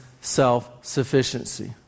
self-sufficiency